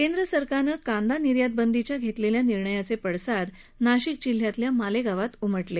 केंद्र सरकारनं कांदा निर्यात बंदीच्या घेतलेल्या निर्णयाचे पडसाद नाशिक जिल्ह्यातल्या मालेगाव इथं उमटले